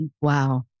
wow